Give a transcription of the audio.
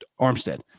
Armstead